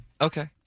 Okay